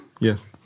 Yes